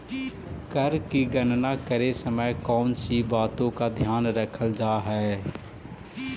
कर की गणना करे समय कौनसी बातों का ध्यान रखल जा हाई